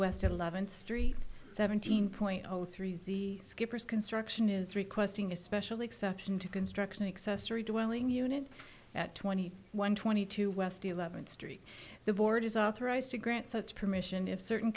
west eleventh street seventeen point zero three see skippers construction is requesting especially exception to construction accessory dwelling unit at twenty one twenty two west eleventh street the board is authorized to grant such permission if certain